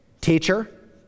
Teacher